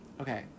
Okay